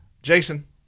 Jason